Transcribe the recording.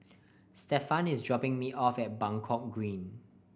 Stephan is dropping me off at Buangkok Green